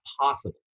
possible